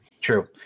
true